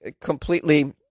completely